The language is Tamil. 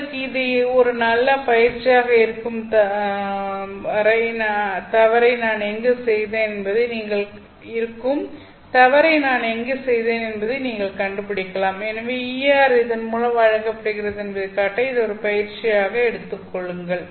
உங்களுக்கு இது ஒரு நல்ல பயிற்சியாக இருக்கும் தவறை நான் எங்கே செய்தேன் என்பதை நீங்கள் கண்டுபிடிக்கலாம் எனவே Er இதன் மூலம் வழங்கப்படுகிறது என்பதைக் காட்ட இதை ஒரு பயிற்சியாக எடுத்துக்கொள்ளுங்கள்